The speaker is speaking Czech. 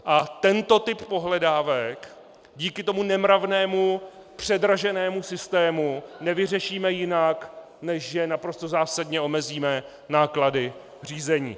A tento typ pohledávek kvůli tomu nemravnému předraženému systému nevyřešíme jinak, než že naprosto zásadně omezíme náklady řízení.